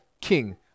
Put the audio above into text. king